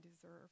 deserve